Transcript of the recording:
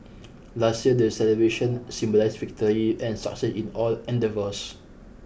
last year the celebrations symbolised victory and success in all endeavours